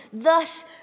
Thus